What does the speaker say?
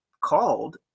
called